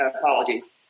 apologies